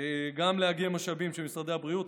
גם לאגם משאבים של משרדי הבריאות,